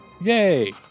yay